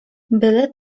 byle